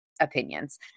opinions